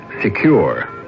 secure